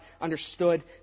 understood